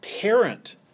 parent